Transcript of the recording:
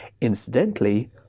Incidentally